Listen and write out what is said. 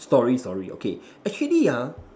story story okay actually ah